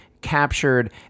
captured